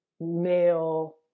male